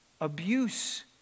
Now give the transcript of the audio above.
abuse